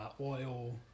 oil